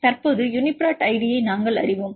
எனவே தற்போது யூனிபிரோட் ஐடியை நாங்கள் அறிவோம்